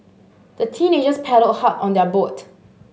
the teenagers paddled hard on their boat